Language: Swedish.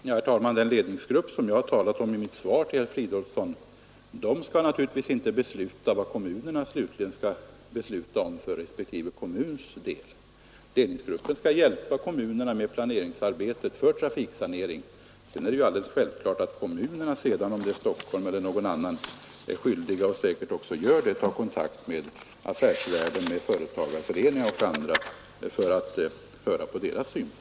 Herr talman! Den ledningsgrupp som jag har talat om i mitt svar till herr Fridolfsson i Stockholm skall naturligtvis inte bestämma vad respektive kommuner slutligen skall besluta om för sin del. Ledningsgruppen skall hjälpa kommunerna med planeringsarbetet för trafiksanering. Sedan är det alldeles självklart att kommunerna, vare sig det är Stockholm eller någon annan kommun, är skyldiga — och säkerligen också gör det — att ta kontakt med affärsvärlden, t.ex. företagarföreningar m.fl., för att höra deras synpunkter.